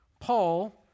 Paul